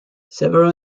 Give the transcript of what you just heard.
several